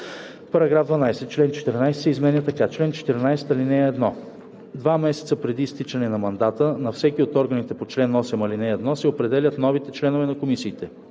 12: „§ 12. Член 14 се изменя така: „Чл. 14. (1) Два месеца преди изтичане на мандата на всеки от органите по чл. 8, ал. 1 се определят новите членове на комисиите.